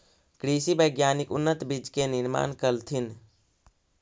कृषि वैज्ञानिक उन्नत बीज के निर्माण कलथिन